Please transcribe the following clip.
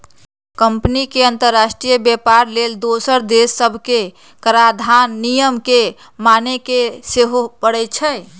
company के अंतरराष्ट्रीय व्यापार लेल दोसर देश सभके कराधान नियम के माने के सेहो परै छै